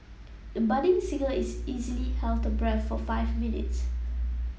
the budding singer is easily held her breath for five minutes